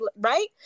right